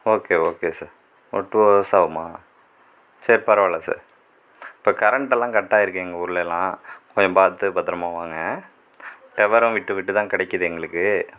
okay okay sir ஒரு two hours ஆகுமா சரி பரவாயில்லை சார் இப்போ கரண்ட் எல்லாம் கட் ஆகிருக்கு எங்கள் ஊர்லலாம் கொஞ்சம் பார்த்து பத்திரமா வாங்க டவரும் விட்டு விட்டு தான் கிடைக்குது எங்களுக்கு